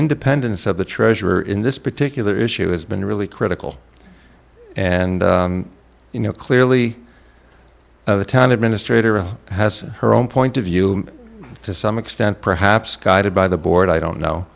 independence of the treasurer in this particular issue has been really critical and you know clearly the town administrator has her own point of view to some extent perhaps guided by the board i don't know